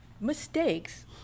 mistakes